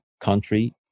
country